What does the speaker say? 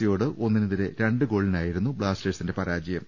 സിയോട് ഒന്നിനെതിരെ രണ്ട് ഗോളിനാ യിരുന്നു ബ്ലാസ്റ്റേഴ്സിന്റെ പരാജയം